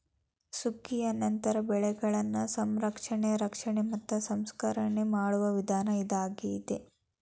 ಸುಗ್ಗಿಯ ನಂತರ ಬೆಳೆಗಳನ್ನಾ ಸಂರಕ್ಷಣೆ, ರಕ್ಷಣೆ ಮತ್ತ ಸಂಸ್ಕರಣೆ ಮಾಡುವ ವಿಧಾನ ಇದಾಗಿದೆ